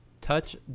Touch